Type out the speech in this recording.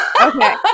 Okay